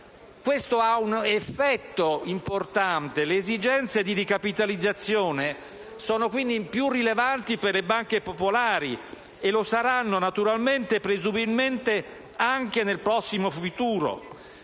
Questo ha un effetto importante: le esigenze di ricapitalizzazione sono più rilevanti per le banche popolari e lo saranno naturalmente e presumibilmente anche nel prossimo futuro.